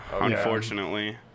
unfortunately